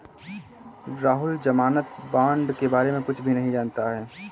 राहुल ज़मानत बॉण्ड के बारे में कुछ भी नहीं जानता है